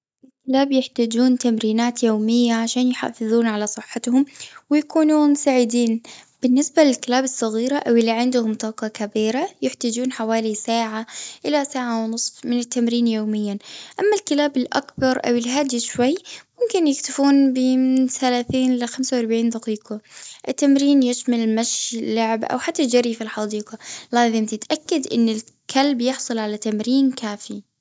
الكلاب يحتاجون تمرينات يومية عشان يحافظون على صحتهم ويكونون سعيدين. بالنسبة للكلاب الصغيرة، أو اللي عندهم طاقة كبيرة يحتاجون حوالي ساعة إلى ساعة ونصف من التمرين يوميًا. أما الكلاب الأكبر، أو الهادية شوي، ممكن يكتفون بي من ثلاثين لخمسة وأربعين دقيقة. التمرين يشمل مشي، اللعب، أو حتى الجري في الحديقة، لازم تتأكد إن الكلب يحصل على تمرين كافي.